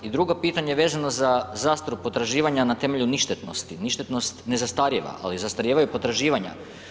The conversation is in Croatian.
I drugo pitanje vezano za zastaru potraživanja na temelju ništetnosti, ništetnost ne zastarijeva, ali zastarijevaju potraživanja.